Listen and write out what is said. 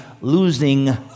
losing